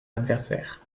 adversaire